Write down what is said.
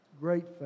Great